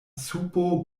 supo